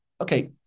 okay